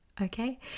okay